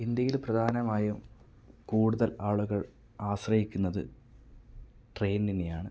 ഇന്ത്യയില് പ്രധാനമായും കൂടുതൽ ആളുകൾ ആശ്രയിക്കുന്നത് ട്രെയിനിനെയാണ്